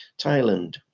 Thailand